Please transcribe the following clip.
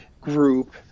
group